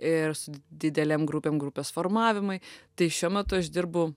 ir su didelėm grupėm grupės formavimai tai šiuo metu aš dirbu